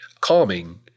calming